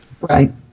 Right